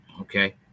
Okay